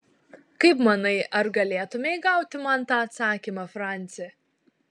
kaip manai ar galėtumei gauti man tą atsakymą franci